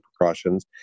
precautions